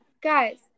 Guys